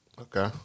Okay